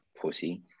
pussy